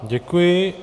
Děkuji.